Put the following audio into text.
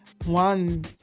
One